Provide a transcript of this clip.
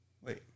Wait